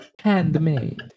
Handmade